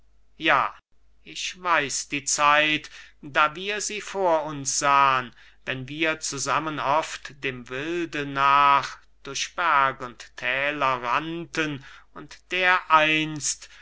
ja ich weiß die zeit da wir sie vor uns sahn wenn wir zusammen oft dem wilde nach durch berg und thäler rannten und dereinst